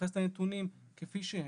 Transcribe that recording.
להתייחס לנתונים כפי שהם,